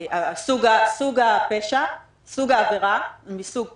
לנושא סוג העבירה, מסוג פשע,